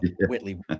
Whitley